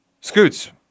Scoots